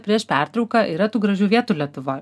prieš pertrauką yra tų gražių vietų lietuvoj